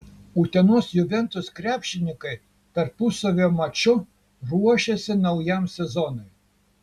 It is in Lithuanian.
utenos juventus krepšininkai tarpusavio maču ruošiasi naujam sezonui